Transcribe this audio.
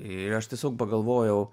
ir aš tiesiog pagalvojau